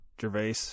gervais